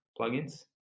plugins